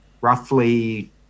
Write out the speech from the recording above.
roughly